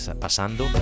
pasando